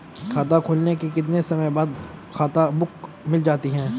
खाता खुलने के कितने समय बाद खाता बुक मिल जाती है?